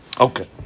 okay